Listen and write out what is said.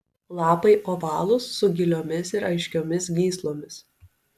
lapai ovalūs su giliomis ir aiškiomis gyslomis